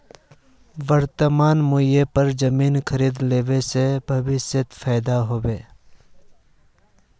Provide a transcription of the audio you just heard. वर्तमान मूल्येर पर जमीन खरीद ले ते भविष्यत फायदा हो बे